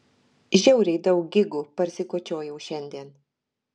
žiauriai daug gigų parsikočiojau šiandien